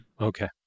Okay